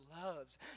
loves